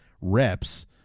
reps